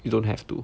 you don't have to